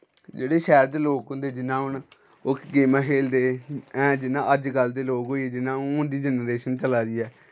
जेह्ड़े शैह्र दे लोक होंदे जि'यां हून ओह् गेमां खेलदे हे हैं जि'यां अजकल्ल दे लोक होई गे जि'यां हून दी जनरेशन चला दी ऐ